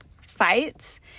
fights